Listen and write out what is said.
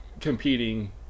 competing